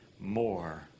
more